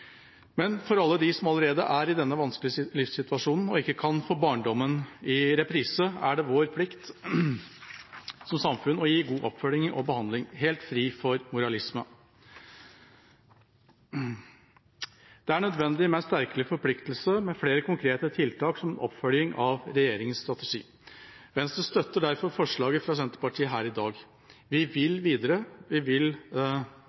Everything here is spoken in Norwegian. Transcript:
Men for alle dem som allerede er i denne vanskelige livssituasjonen og ikke kan få barndommen i reprise, er det vår plikt som samfunn å gi god oppfølging og behandling, helt fri for moralisme. Det er nødvendig med en sterkere forpliktelse med flere konkrete tiltak som oppfølging av regjeringas strategi. Venstre støtter derfor forslaget fra Senterpartiet her i dag. Vi vil videre, og vi vil